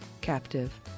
Captive